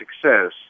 success